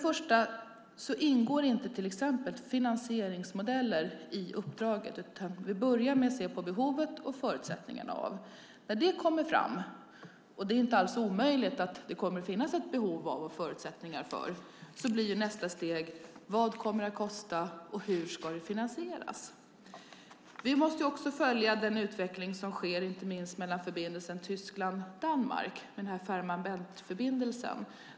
Finansieringsmodeller ingår inte i uppdraget, utan vi börjar med att se på behovet och förutsättningarna. Det är inte alls omöjligt att det kommer att finnas ett behov av och förutsättningar för detta. Då blir nästa steg att titta på vad det kommer att kosta och hur det ska finansieras. Vi måste också följa den utveckling som sker inte minst i förbindelsen mellan Tyskland och Danmark, Fehmarn Bält-förbindelsen.